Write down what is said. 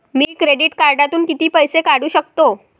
मी credit कार्डातून किती पैसे काढू शकतो?